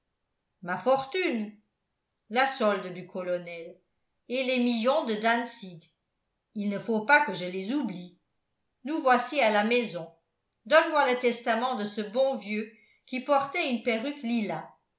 ma fortune la solde du colonel et les millions de dantzig il ne faut pas que je les oublie nous voici à la maison donne-moi le testament de ce bon vieux qui portait une perruque lilas